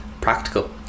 practical